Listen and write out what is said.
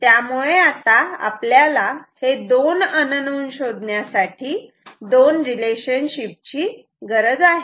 त्यामुळे आता आपल्याला हे दोन अननोन शोधण्यासाठी दोन रिलेशनशिपची गरज आहे